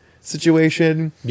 situation